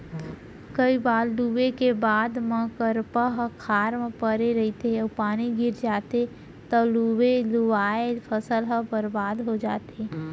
कइ बार लूए के बाद म करपा ह खार म परे रहिथे अउ पानी गिर जाथे तव लुवे लुवाए फसल ह बरबाद हो जाथे